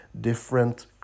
different